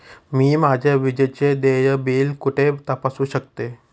मी माझे विजेचे देय बिल कुठे तपासू शकते?